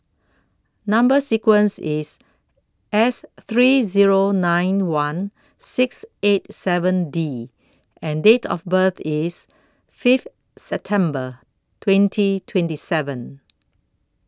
Number sequence IS S three Zero nine one six eight seven D and Date of birth IS Fifth September twenty twenty seven